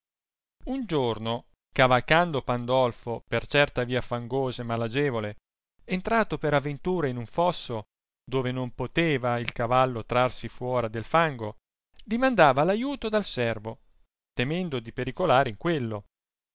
un giorno cavalcando pandolfo per certa via fangosa e malagevole entrato per aventura in un fosso dove non poteva il cavallo trarsi fuora del fango dimandava l'aiuto dal servo temendo di pericolare in quello